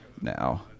now